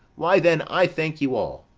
why then, i thank you all.